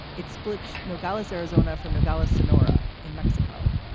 it splits nogales, arizona, from nogales, sonora in mexico.